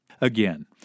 Again